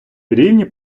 рівні